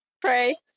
pray